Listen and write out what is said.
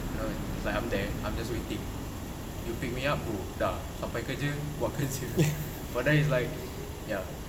no it's like I'm there I'm just waiting you pick me up go dah sampai kerja buat kerja but then it's like ya